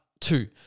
Two